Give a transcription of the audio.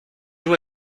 joue